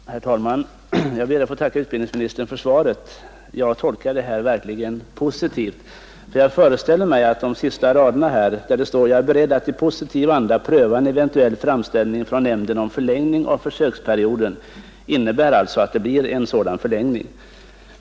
Herr talman! Jag ber att få tacka statsrådet för svaret. Jag tolkar det verkligen såsom positivt. Jag föreställer mig alltså att den sista meningen, där det sägs att statsrådet är beredd att i positiv anda pröva en eventuell framställning om förlängning av försöksperioden, innebär att det blir en sådan förlängning.